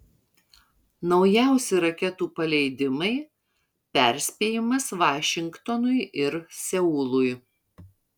naujausi raketų paleidimai perspėjimas vašingtonui ir seului